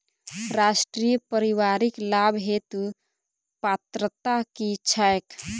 राष्ट्रीय परिवारिक लाभ हेतु पात्रता की छैक